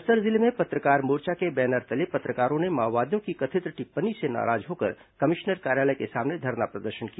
बस्तर जिले में पत्रकार मोर्चा के बैनर तले पत्रकारों ने माओवादियों की कथित टिप्पणी से नाराज होकर कमिश्नर कार्यालय के सामने धरना प्रदर्शन किया